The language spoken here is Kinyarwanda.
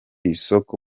isoko